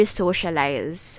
socialize